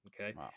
okay